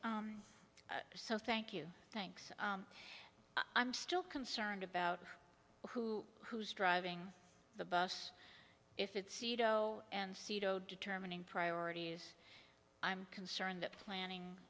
so thank you thanks i'm still concerned about who who's driving the bus if it's ito and seato determining priorities i'm concerned that planning